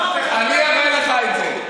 אני אראה לך את זה.